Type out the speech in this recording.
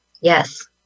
Yes